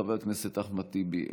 חבר הכנסת אחמד טיבי,